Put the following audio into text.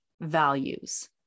values